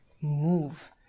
move